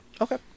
Okay